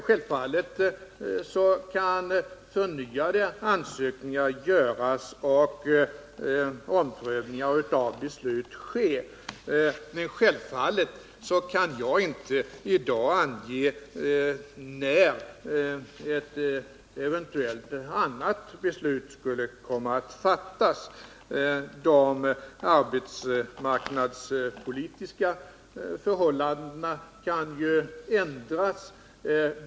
Självfallet kan förnyade ansökningar göras och omprövningar av beslut ske, men givetvis kan jag inte i dag ange när ett eventuellt annat beslut skulle kunna komma att fattas. De arbetsmarknadspolitiska förhållandena kan ju ändras.